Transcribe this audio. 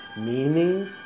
meaning